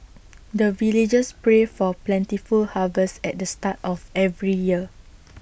the villagers pray for plentiful harvest at the start of every year